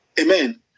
Amen